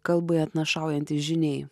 kalbai atnašaujantys žyniai